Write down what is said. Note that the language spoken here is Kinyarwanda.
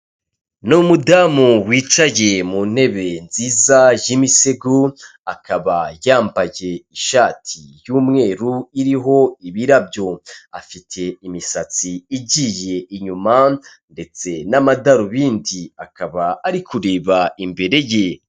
Ni umudamu wicagiye mu ntebe nziza y'imisego, akaba yambaye ishati y'umweru iriho ibirabyo, afite imisatsi igiye inyuma ndetse n'amadarubindi, akaba ari kureba imbere ye.